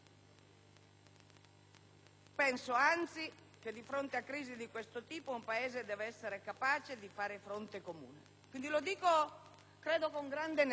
Penso, anzi, che di fronte a crisi di questo tipo un Paese debba essere capace di fare fronte comune. Lo dico con grande nettezza.